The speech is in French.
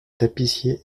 tapissiers